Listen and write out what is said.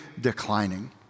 declining